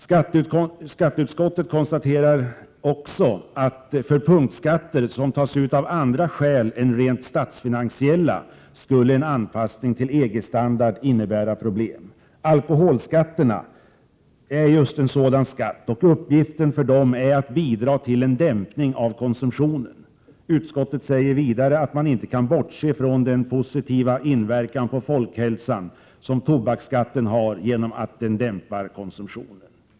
Skatteutskottet konstaterar också att för punktskatter som tas ut av andra skäl än rent statsfinansiella skulle en anpassning til EG-standard innebära problem. Alkoholskatten är just en sådan skatt, och dess uppgift är att bidra till en dämpning av konsumtionen. Utskottet säger vidare att man inte kan bortse från den positiva inverkan på folkhälsan som tobaksskatten har genom att den dämpar konsumtionen.